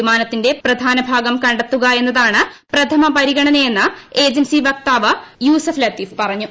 വിമാനത്തിന്റെ പ്രധാന ഭാഗം കണ്ടെത്തുക എന്നതാണ് പ്രഥമ പരിഗണനയെന്ന് ഏജൻസി വക്താവ് യൂസഫ് ലത്തീഫ് പറഞ്ഞു